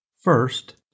First